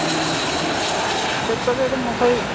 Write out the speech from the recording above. ꯎꯝ ꯄ꯭ꯂꯦꯠꯇꯗꯤ ꯑꯗꯨꯝ ꯑꯩꯈꯣꯏ